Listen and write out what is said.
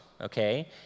okay